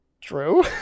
True